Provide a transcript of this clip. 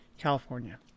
California